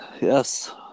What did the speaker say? Yes